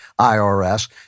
IRS